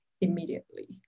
immediately